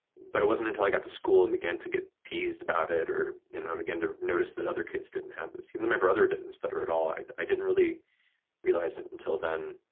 but it wasn't until i got to school and began to get teased about it, or you know began to notice that other kids didn't have this, even my brother didn't stutter at all, i i didn't really realize it until then.